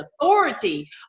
authority